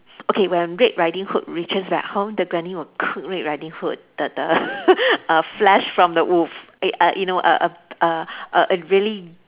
okay when red riding hood reaches back home the granny will cook red riding hood the the err flesh from the wolf eh err you know a a a a really